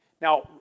Now